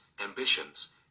ambitions